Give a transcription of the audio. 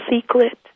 secret